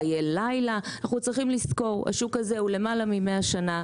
חיי לילה אנחנו צריכים לזכור שהשוק הזה בן למעלה מ-100 שנה,